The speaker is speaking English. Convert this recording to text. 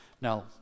Now